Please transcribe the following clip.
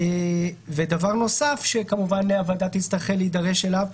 דבר נוסף שהוועדה תצטרך להידרש אליו,